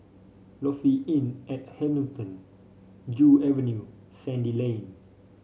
Lofi Inn at Hamilton Joo Avenue Sandy Lane